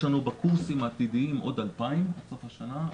יש לנו בקורסים העתידיים עוד 2,000 עד סוף השנה.